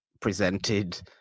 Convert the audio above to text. presented